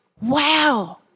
Wow